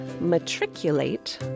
matriculate